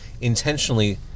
intentionally